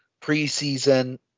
preseason